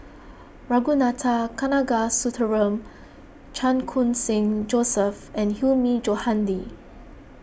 Ragunathar Kanagasuntheram Chan Khun Sing Joseph and Hilmi Johandi